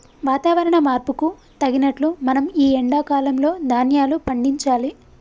వాతవరణ మార్పుకు తగినట్లు మనం ఈ ఎండా కాలం లో ధ్యాన్యాలు పండించాలి